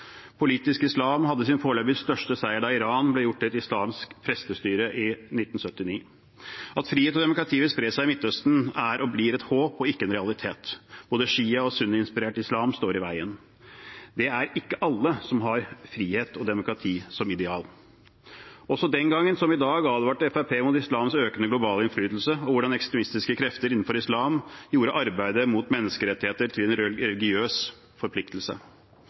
Politisk islam hadde sin foreløpig største seier da Iran ble gjort til et islamsk prestestyre i 1979. At frihet og demokrati vil spre seg i Midtøsten, er og blir et håp og ikke en realitet. Både sjia- og sunniinspirert islam står i veien. Det er ikke alle som har frihet og demokrati som ideal. Den gangen, som i dag, advarte Fremskrittspartiet mot islams økende globale innflytelse og hvordan ekstremistiske krefter innenfor islam gjorde arbeidet mot menneskerettigheter til en religiøs forpliktelse.